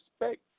respect